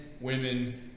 women